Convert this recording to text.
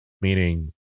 meaning